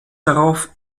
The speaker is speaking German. darauf